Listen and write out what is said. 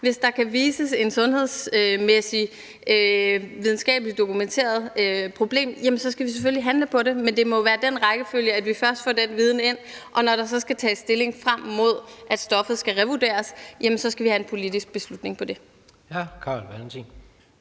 hvis der kan vises et sundhedsmæssigt, videnskabeligt dokumenteret problem, skal vi selvfølgelig handle på det, men det må være i den rækkefølge, at vi først får den viden ind, og når der så skal tages stilling, frem mod at stoffet skal revurderes, skal vi have en politisk beslutning om det.